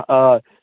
آ